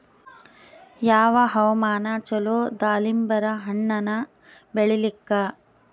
ಯಾವ ಹವಾಮಾನ ಚಲೋ ದಾಲಿಂಬರ ಹಣ್ಣನ್ನ ಬೆಳಿಲಿಕ?